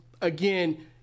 again